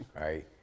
Right